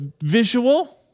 visual